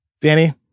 Danny